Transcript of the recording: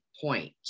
point